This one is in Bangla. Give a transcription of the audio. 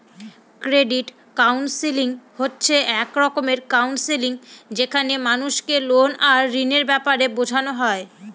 ক্রেডিট কাউন্সেলিং হচ্ছে এক রকমের কাউন্সেলিং যেখানে মানুষকে লোন আর ঋণের ব্যাপারে বোঝানো হয়